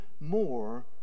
more